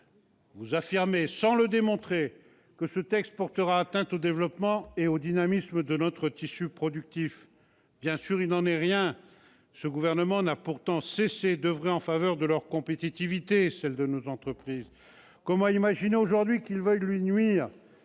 Vous affirmez, sans le démontrer, que ce texte portera atteinte au développement et au dynamisme de notre tissu productif. Bien sûr, il n'en est rien ! Ce gouvernement n'a pourtant cessé d'oeuvrer en faveur de la compétitivité de nos entreprises. Comment imaginer aujourd'hui qu'il veuille lui nuire ?